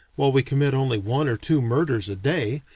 while we commit only one or two murders a day,